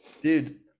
dude